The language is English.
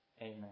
Amen